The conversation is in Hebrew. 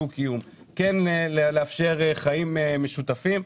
דו-קיום וכן יתאפשרו חיים משותפים,